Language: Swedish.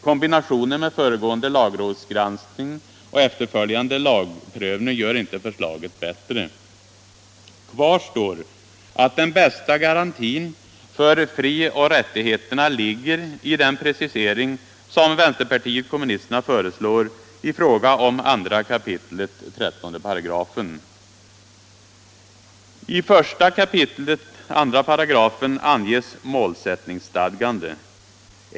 Kombinationen med föregående lagrådsgranskning och efterföljande lagprövning gör inte förslaget bättre. Kvar står att den bästa garantin för frioch rättigheterna ligger i den precisering som vänsterpartiet kommunisterna föreslår i fråga om 2 kap. 13 §. I I kap. 23 anges målsättningsstadgande.